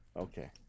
Okay